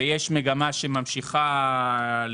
ויש מגמה של המשך גידול.